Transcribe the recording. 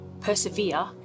persevere